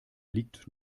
liegt